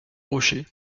rocher